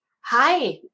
Hi